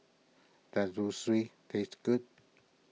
does Zosui taste good